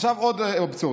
עכשיו עוד אבסורד: